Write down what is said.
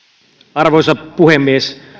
arvoisa puhemies